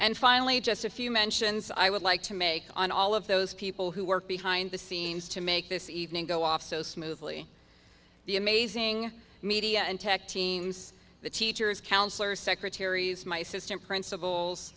and finally just a few mentions i would like to make on all of those people who work behind the scenes to make this evening go off so smoothly the amazing media and tech teams the teachers counsellors secretaries my system principals